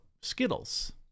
Skittles